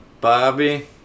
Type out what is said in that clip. Bobby